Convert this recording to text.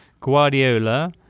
Guardiola